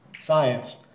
science